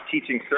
teaching